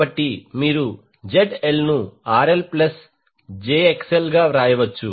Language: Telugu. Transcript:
కాబట్టి మీరు ZL ను RL ప్లస్ jXL గా వ్రాయవచ్చు